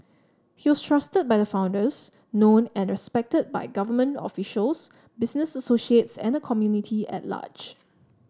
he was trusted by the founders known and respected by government officials business associates and the community at large